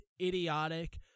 idiotic